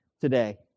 today